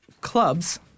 clubs